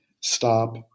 stop